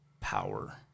power